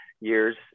years